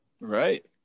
right